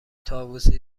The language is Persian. طاووسی